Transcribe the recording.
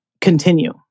continue